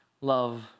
love